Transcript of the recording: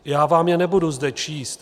Já vám je nebudu zde číst.